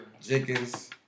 Jenkins